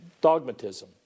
Dogmatism